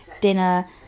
Dinner